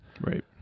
right